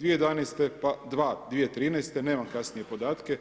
2011., pa 2 2013. nemam kasnije podatke.